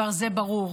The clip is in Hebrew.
כי זה כבר ברור.